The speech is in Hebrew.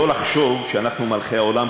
ולא לחשוב שאנחנו מלכי העולם,